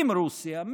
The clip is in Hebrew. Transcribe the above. עם רוסיה,